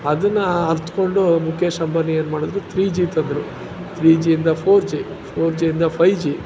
ಅದನ್ನು ಅರಿತ್ಕೊಂಡು ಮುಖೇಶ್ ಅಂಬಾನಿ ಏನು ಮಾಡಿದ್ರು ತ್ರೀ ಜಿ ತಂದರು ತ್ರೀ ಜಿಯಿಂದ ಫೋರ್ ಜಿ ಫೋರ್ ಜಿಯಿಂದ ಫೈ ಜಿ